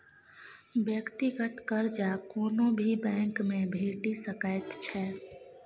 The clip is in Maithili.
व्यक्तिगत कर्जा कोनो भी बैंकमे भेटि सकैत छै